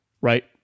Right